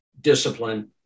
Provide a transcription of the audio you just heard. discipline